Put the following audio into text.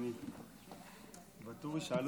אתה צריך